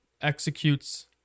executes